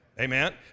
Amen